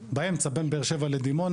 באמצע, בין באר שבע לדימונה.